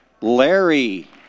Larry